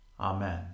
Amen